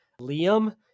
liam